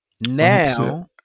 Now